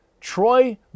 Troy